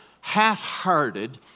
half-hearted